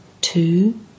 Two